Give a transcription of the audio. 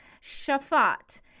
Shafat